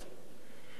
והיה מסע,